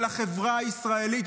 של החברה הישראלית,